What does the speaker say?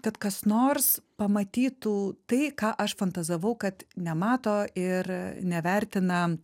kad kas nors pamatytų tai ką aš fantazavau kad nemato ir nevertina